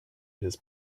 his